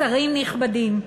שרים נכבדים,